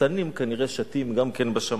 שטנים כנראה שטים גם בשמים.